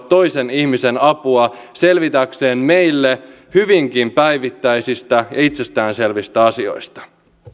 toisen ihmisen apua selvitäkseen meille hyvinkin päivittäisistä ja itsestään selvistä asioista